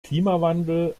klimawandel